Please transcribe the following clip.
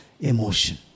emotion